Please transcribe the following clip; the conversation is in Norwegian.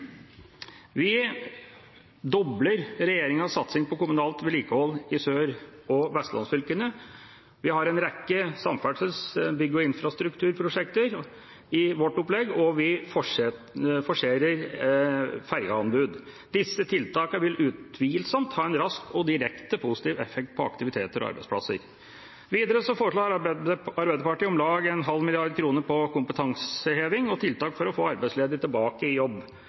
Vi dobler regjeringas satsing på kommunalt vedlikehold i sør- og vestlandsfylkene, vi har en rekke samferdsels-, bygg- og infrastrukturprosjekter i vårt opplegg, og vi forserer ferjeanbud. Disse tiltakene vil utvilsomt ha en rask og direkte positiv effekt på aktivitet og arbeidsplasser. Videre foreslår Arbeiderpartiet om lag en halv milliard kroner på kompetanseheving og tiltak for å få arbeidsledige tilbake i jobb.